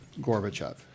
Gorbachev